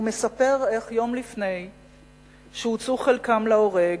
והוא מספר איך יום לפני שהוצאו חלקם להורג